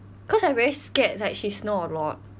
cause I very scared like she snore a lot